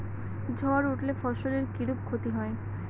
ঝড় উঠলে ফসলের কিরূপ ক্ষতি হয়?